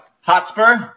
Hotspur